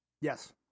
Yes